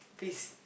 please